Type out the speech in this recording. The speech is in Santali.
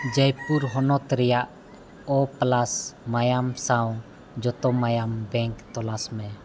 ᱡᱚᱭᱯᱩᱨ ᱦᱚᱱᱚᱛ ᱨᱮᱭᱟᱜ ᱳ ᱯᱞᱟᱥ ᱢᱟᱭᱟᱢ ᱥᱟᱶ ᱡᱚᱛᱚ ᱢᱟᱭᱟᱢ ᱵᱮᱝᱠ ᱛᱚᱞᱟᱥ ᱢᱮ